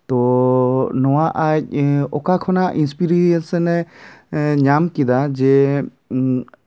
ᱛᱚ ᱱᱚᱣᱟ ᱟᱡ ᱚᱠᱟ ᱠᱷᱚᱱᱟᱜ ᱤᱱᱥᱤᱯᱤᱨᱤᱭᱮᱱᱥᱮ ᱧᱟᱢ ᱠᱮᱫᱟ ᱡᱮ